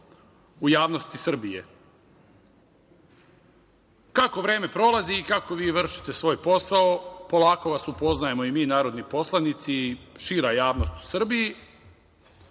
u javnosti Srbije. Kako vreme prolazi i kako vi vršite svoj posao, polako vas upoznajemo i mi narodni poslanici i šira javnost u Srbiji.